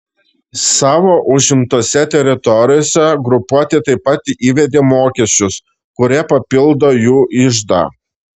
savo užimtose teritorijose grupuotė taip pat įvedė mokesčius kurie papildo jų iždą